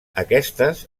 aquestes